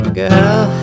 girl